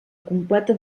completa